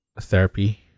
therapy